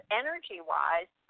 energy-wise